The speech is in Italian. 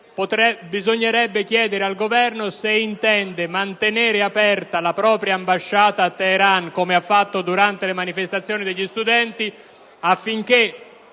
bisognerebbe chiedere al Governo se intende mantenere aperta la propria ambasciata a Teheran, come ha fatto durante le manifestazioni degli studenti, affinché,